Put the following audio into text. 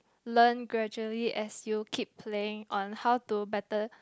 learn gradually as you keep playing on how to better